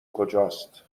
کجاست